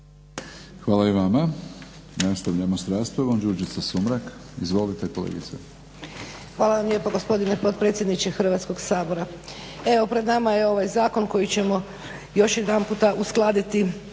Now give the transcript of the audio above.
Hvala i vama. Nastavljamo sa raspravom, Đurđica Sumrak. Izvolite kolegice. **Sumrak, Đurđica (HDZ)** Hvala vam lijepo gospodine potpredsjedniče Hrvatskog sabora. Evo pred nama je ovaj zakon koji ćemo još jedanput uskladiti